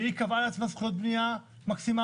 והיא קבעה לעצמה זכויות בנייה מקסימליות,